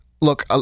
look